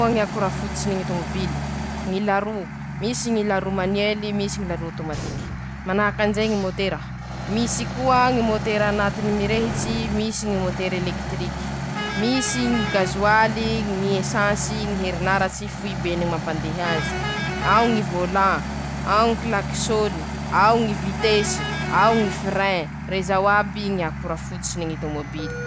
Retoa ñakora fototsiny ñy tômabily :-ñy laro, misy ñy laro manuely misy ñy laro automatiky ;manahaky anizay ñy môtera, misy koa ñy môtera añatiny mirehitsy, misy ñy môtera elekitiriky; misy ñy gasoaly, ñy esansy ñy herinaratsy, foibeny ñy mampandeha azy ;ao ñy vôlan, ao ñy kilakisôny, ao ñy vitesy, ao ñy firin ;rezao aby ñy akora fototsiny ñy tômôbily.